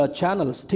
channels